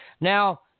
Now